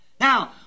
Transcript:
Now